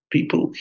People